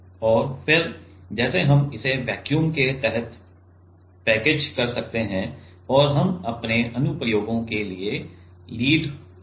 और फिर जैसे हम इसे वैक्यूम के तहत पैकेज कर सकते हैं और हम अपने अनुप्रयोगों के लिए लीड ले सकते हैं